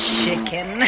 chicken